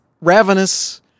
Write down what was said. ravenous